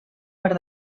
per